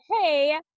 Hey